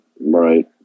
Right